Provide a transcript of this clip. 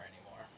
anymore